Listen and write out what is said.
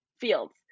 fields